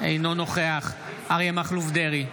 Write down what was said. אינו נוכח אריה מכלוף דרעי,